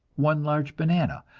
one large banana,